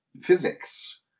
physics